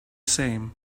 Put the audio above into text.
same